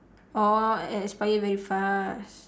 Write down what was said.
oh expire very fast